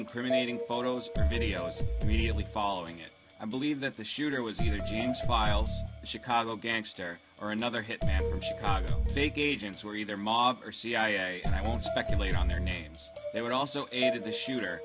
incriminating photos videos mediately following it i believe that the shooter was either james files chicago gangster or another hit and chicago big agents were either mob or cia and i won't speculate on their names they would also add to the shooter